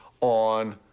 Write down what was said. on